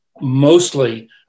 mostly